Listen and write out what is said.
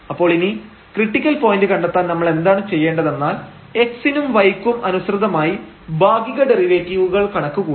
അപ്പോൾ ഇനി critical point കണ്ടെത്താൻ നമ്മൾ എന്താണ് ചെയ്യേണ്ടതെന്നാൽ x നും y ക്കും അനുസൃതമായി ഭാഗിക ഡെറിവേറ്റീവുകൾ കണക്കു കൂട്ടണം